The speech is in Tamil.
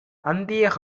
அந்திய